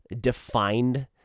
defined